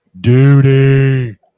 Duty